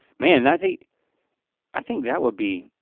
man, i think i think that would be.